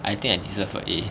I think I deserve a A